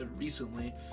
recently